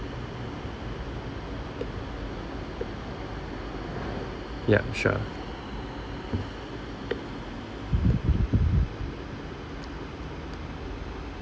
yup sure